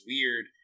weird